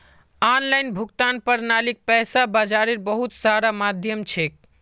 online भुगतान प्रणालीक पैसा बाजारेर बहुत सारा माध्यम छेक